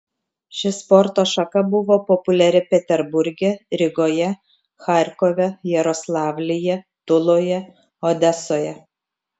ši sporto šaka buvo populiari peterburge rygoje charkove jaroslavlyje tuloje odesoje